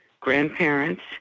grandparents